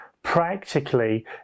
Practically